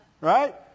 Right